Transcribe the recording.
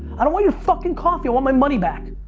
i don't want your fucking coffee, i want my money back.